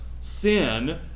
sin